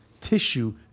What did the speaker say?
tissue